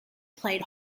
played